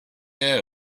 air